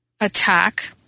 attack